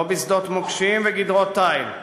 לא בשדות מוקשים וגדרות תיל.